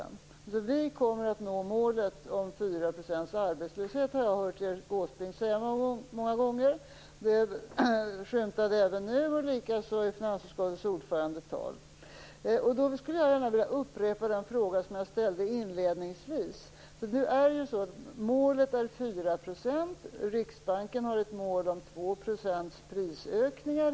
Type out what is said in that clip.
Jag har hört Erik Åsbrink säga att man kommer att nå målet om 4 % arbetslöshet många gånger om. Det skymtade även nu, och likaså i finansutskottsordförandens tal. Jag skulle gärna vilja upprepa den fråga som jag ställde inledningsvis. Målet är 4 %. Riksbanken har ett mål om högst 2 % prisökningar.